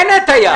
בנט היה.